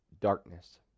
darkness